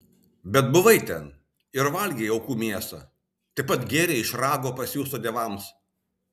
bet buvai ten ir valgei aukų mėsą taip pat gėrei iš rago pasiųsto dievams